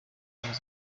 ubumwe